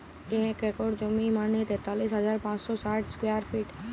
এক একর জমি মানে তেতাল্লিশ হাজার পাঁচশ ষাট স্কোয়ার ফিট